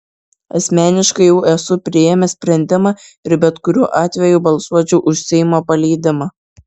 asmeniškai jau esu priėmęs sprendimą ir bet kuriuo atveju balsuočiau už seimo paleidimą